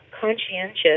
conscientious